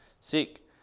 Seek